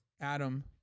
Adam